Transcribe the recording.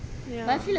ya